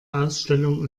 ausstellung